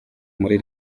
muri